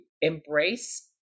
embrace